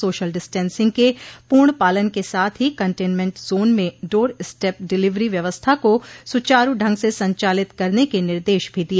social distancing के पूर्ण पालन के साथ ही कन्टेनमेन्ट जोन में डोर स्टेप डिलीवरी व्यवस्था को सुचारु ढंग से संचालित करने के निर्देश भी दिए